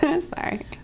Sorry